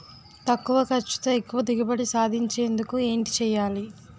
తక్కువ ఖర్చుతో ఎక్కువ దిగుబడి సాధించేందుకు ఏంటి చేయాలి?